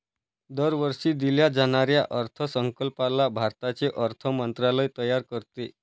दरवर्षी दिल्या जाणाऱ्या अर्थसंकल्पाला भारताचे अर्थ मंत्रालय तयार करते